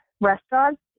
restaurants